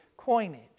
coinage